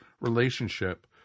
relationship